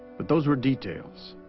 but those were details